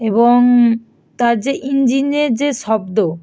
এবং তার যে ইঞ্জিনের যে শব্দ